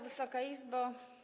Wysoka Izbo!